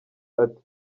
ati